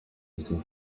using